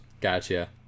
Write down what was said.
Gotcha